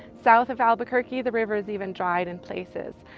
south of albuquerque, the river is even dry in places.